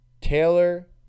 Taylor